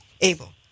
able